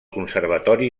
conservatori